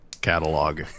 catalog